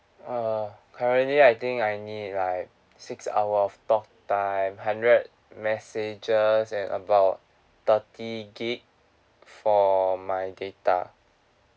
ah currently I think I need like six hour of talktime hundred messages and about thirty gigabytes for my data